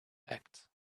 act